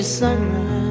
sunrise